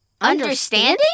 Understanding